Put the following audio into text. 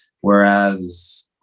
Whereas